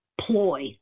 ploy